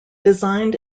designed